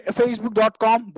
facebook.com